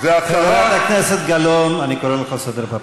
חברת הכנסת גלאון, אני קורא אותך לסדר בפעם